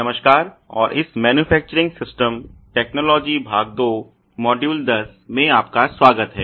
नमस्कार और इस मैनुफेक्चुरिंग सिस्टम टेक्नालजी भाग 2 मॉड्यूल 10 में आपका स्वागत है